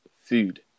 food